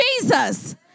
Jesus